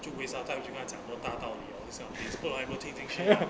就 waste 他 time 讲大道理 orh this kind of things 过来过听听 shit lah